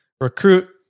recruit